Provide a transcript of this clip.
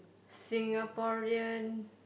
Singaporean